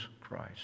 Christ